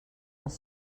els